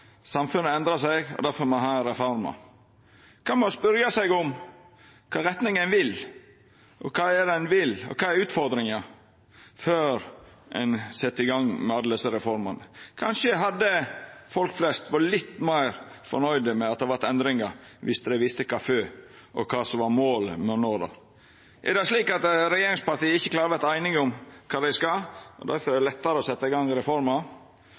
Samfunnet endrar seg, og difor må ein ha reformer. Kva med å spørja seg i kva retning ein vil, kva ein vil, og kva utfordringa er – før ein set i gang med alle desse reformene? Kanskje hadde folk flest vore litt meir fornøgde med at det vart gjort endringar, om dei visste kvifor og kva som var målet ein ville nå. Er det slik at regjeringspartia ikkje klarar å verta einige om kva dei skal, og at det difor er lettare å setja i gang